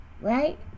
Right